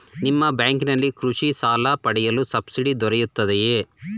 ನಿಮ್ಮ ಬ್ಯಾಂಕಿನಲ್ಲಿ ಕೃಷಿ ಸಾಲ ಪಡೆಯಲು ಸಬ್ಸಿಡಿ ದೊರೆಯುತ್ತದೆಯೇ?